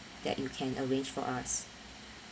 that you can arrange for us